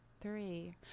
Three